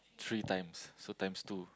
three times so times two